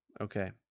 Okay